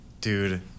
dude